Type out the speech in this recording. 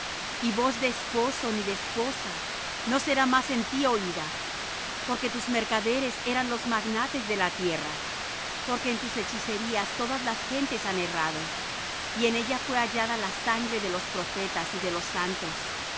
y voz de esposo ni de esposa no será más en ti oída porque tus mercaderes eran los magnates de la tierra porque en tus hechicerías todas las gentes han errado y en ella fué hallada la sangre de los profetas y de los santos